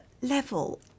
level